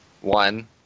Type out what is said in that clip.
one